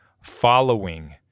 following